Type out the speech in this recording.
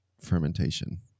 fermentation